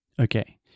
Okay